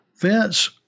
Vince